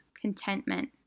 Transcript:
contentment